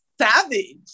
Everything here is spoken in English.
savage